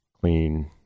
clean